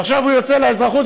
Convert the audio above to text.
עכשיו הוא יוצא לאזרחות,